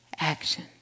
action